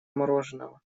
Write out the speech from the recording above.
мороженого